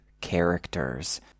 characters